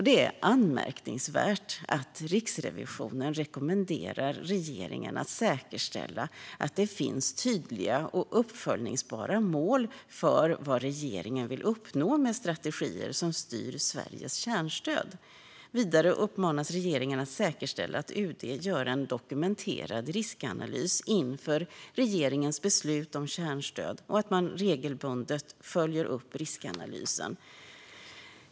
Det är anmärkningsvärt att Riksrevisionen rekommenderar regeringen att säkerställa att det finns tydliga och uppföljbara mål för vad regeringen vill uppnå med de strategier som styr Sveriges kärnstöd. Vidare uppmanas regeringen att säkerställa att UD gör en dokumenterad riskanalys inför regeringens beslut om kärnstöd och att man regelbundet följer upp riskanalysen.